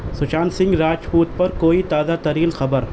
سشانت سنگھ راجپوت پر کوئی تازہ ترین خبر